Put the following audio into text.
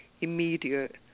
immediate